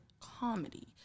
comedy